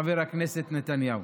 חבר הכנסת נתניהו.